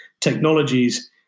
technologies